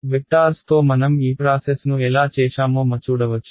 వెక్టార్స్తో మనం ఈప్రాసెస్ను ఎలా చేశామో మచూడవచ్చు